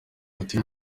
ati